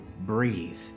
Breathe